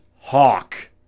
Hawk